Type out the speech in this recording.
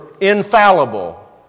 infallible